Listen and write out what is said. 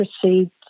proceed